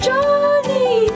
Johnny